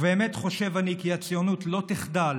ובאמת חושב אני כי הציונות לא תחדל